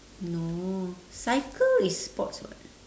no cycle is sports [what]